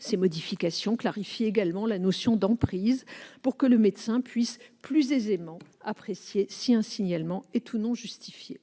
Ces modifications clarifient également la notion d'emprise pour que le médecin puisse plus aisément apprécier si un signalement est ou non justifié.